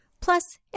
Plus